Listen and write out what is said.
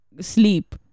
sleep